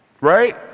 right